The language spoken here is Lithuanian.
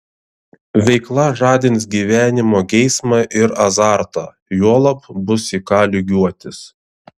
veikla žadins gyvenimo geismą ir azartą juolab bus į ką lygiuotis